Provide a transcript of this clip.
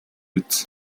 биз